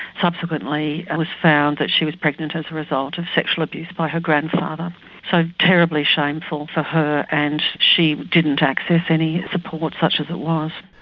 subsequently it was found that she was pregnant as the result of sexual abuse by her grandfather, so ah terribly shameful for her and she didn't access any support such as it was.